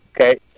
Okay